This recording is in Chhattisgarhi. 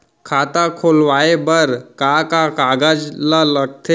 खाता खोलवाये बर का का कागज ल लगथे?